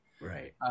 Right